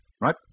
Right